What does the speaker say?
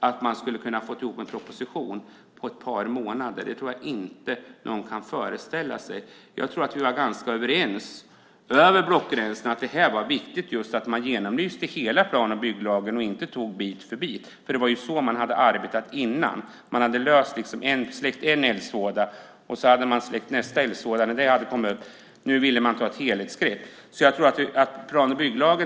Att detta skulle ha gått på ett par månader tror jag inte att någon skulle föreställa sig. Jag tror att vi över blockgränserna var ganska överens om att det var viktigt att man genomlyste hela plan och bygglagen och inte tog varje bit för sig. Det var ju så man hade arbetat innan: Man släckte först en eldsvåda, så att säga, och därefter släckte man nästa. Nu ville man i stället ta ett helhetsgrepp.